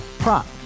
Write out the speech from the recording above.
Prop